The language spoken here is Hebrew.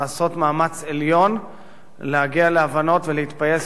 לעשות מאמץ עליון להגיע להבנות ולהתפייס